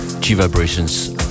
G-Vibrations